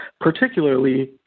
particularly